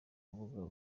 rubuga